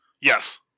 Yes